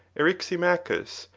eryximachus,